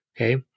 Okay